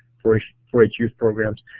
four h four h youth programs.